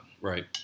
Right